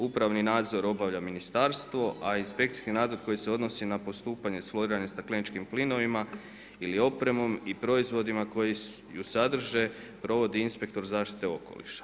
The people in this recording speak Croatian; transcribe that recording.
Upravni nadzor obavlja ministarstvo, a inspekcijski nadzor koji se odnosi na postupanje … stakleničkim plinovima ili opremom i proizvodima koji ju sadrže provodi inspektor zaštite okoliša.